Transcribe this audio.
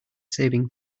saving